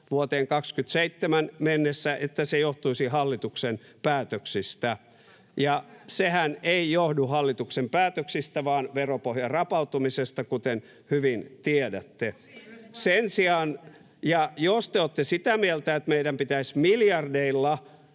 vuoteen 27 mennessä, johtuisi hallituksen päätöksistä. [Jussi Saramon välihuuto] Sehän ei johdu hallituksen päätöksistä vaan veropohjan rapautumisesta, kuten hyvin tiedätte. Jos te olette sitä mieltä, että meidän pitäisi miljardeilla